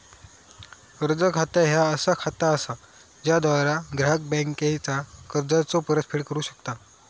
कर्ज खाता ह्या असा खाता असा ज्याद्वारा ग्राहक बँकेचा कर्जाचो परतफेड करू शकता